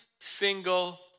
single